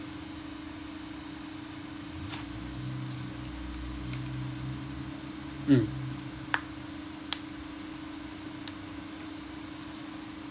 mm